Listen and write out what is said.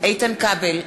איתן כבל,